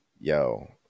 Yo